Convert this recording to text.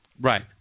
Right